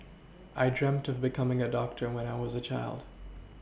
I dreamt of becoming a doctor when I was a child